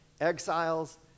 exiles